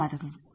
ಧನ್ಯವಾದಗಳು